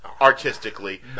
artistically